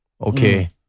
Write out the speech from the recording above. Okay